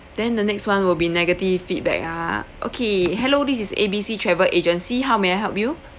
then the next one will be negative feedback ah okay hello this is A B C travel agency how may I help you